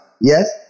Yes